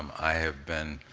um i have been